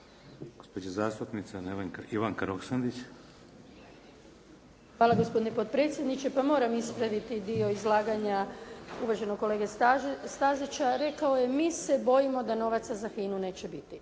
Roksandić. **Roksandić, Ivanka (HDZ)** Hvala gospodine potpredsjedniče. Pa moram ispraviti dio izlaganja uvaženog kolege Stazića. Rekao je "mi se bojimo da novaca za HINA-u neće biti".